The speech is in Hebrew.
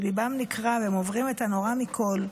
שליבם נקרע והם עוברים את הנורא מכול.